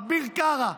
אביר קארה,